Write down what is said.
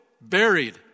buried